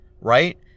Right